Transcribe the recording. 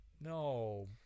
No